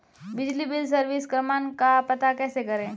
बिजली bill service क्रमांक का पता कैसे करें?